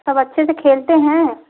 सब अच्छे से खेलते हैं